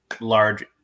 large